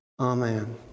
Amen